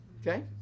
Okay